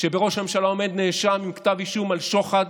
שבראש הממשלה עומד נאשם עם כתב אישום על שוחד,